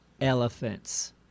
elephants